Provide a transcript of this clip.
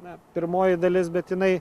na pirmoji dalis bet jinai